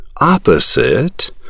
Opposite